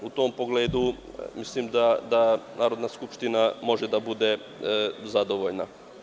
U tom pogledu, mislim da Narodna skupština može da bude zadovoljna.